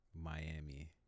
Miami